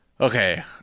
Okay